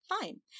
fine